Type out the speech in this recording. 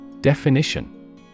Definition